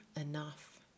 enough